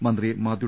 മന്ത്രി മാത്യു